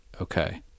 Okay